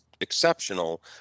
exceptional